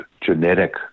genetic